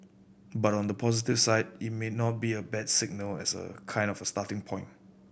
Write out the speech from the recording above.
but on the positive side it may not be a bad signal as a kind of starting point